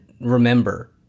remember